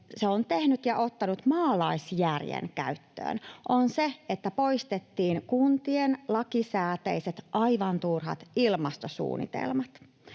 se on tehnyt ja ottanut maalaisjärjen käyttöön, on se, että poistettiin kuntien lakisääteiset, aivan turhat ilmastosuunnitelmat.